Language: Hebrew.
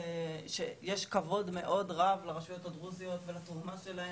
שיש כבוד מאוד רב לרשויות הדרוזיות ולתרומה שלהם